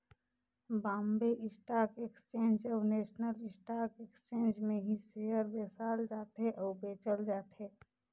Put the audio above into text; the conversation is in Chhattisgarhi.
बॉम्बे स्टॉक एक्सचेंज अउ नेसनल स्टॉक एक्सचेंज में ही सेयर बेसाल जाथे अउ बेंचल जाथे